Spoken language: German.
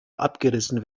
abgerissen